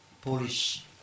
Polish